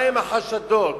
מהם החשדות?